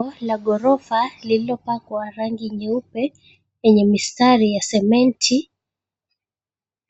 Jengo la ghorofa lililopakwa rangi nyeupe yenye mistari ya cement